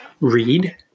Read